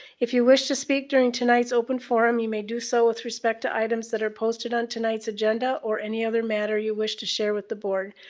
if you wish to speak during tonight's open forum, you may do so with respect to items that are posted on tonight's agenda or any other matter you wish to share with the board.